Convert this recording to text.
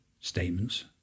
statements